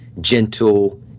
gentle